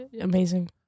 amazing